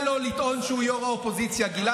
מי שהיה יו"ר האופוזיציה האגדי,